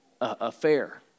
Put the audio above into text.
affair